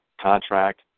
contract